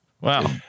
Wow